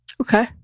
okay